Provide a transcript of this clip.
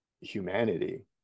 humanity